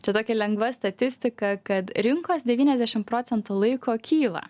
čia tokia lengva statistika kad rinkos devyniasdešim procentų laiko kyla